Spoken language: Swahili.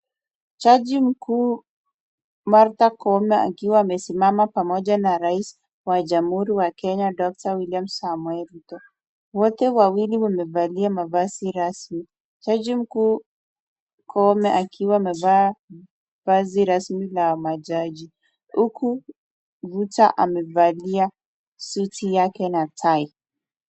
Jaji mkuu Martha Koome akiwa amesimama pamoja na rais wa jamuhuri ya Kenya daktari William Samoei Ruto. Wote wawili wamevalia mavazi rasmi . Jaji mkuu Koome akiwa amevaa vazi rasmi ya majaji huku Ruto amevalia suti yake na tai.